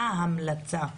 את "ההמלצה",